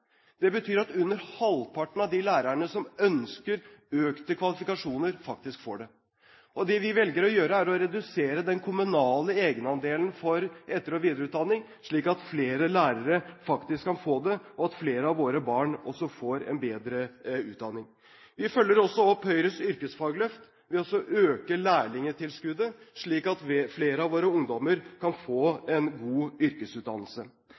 Det betyr at under halvparten av de lærerne som ønsker økte kvalifikasjoner, faktisk får det. Det vi velger å gjøre, er å redusere den kommunale egenandelen for etter- og videreutdanning, slik at flere lærere faktisk kan få det, og at flere av våre barn også får en bedre utdanning. Vi følger også opp Høyres yrkesfagløft ved å øke lærlingtilskuddet, slik at flere av våre ungdommer kan få en god yrkesutdannelse.